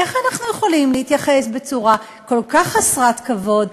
איך אנחנו יכולים להתייחס בצורה כל כך חסרת כבוד,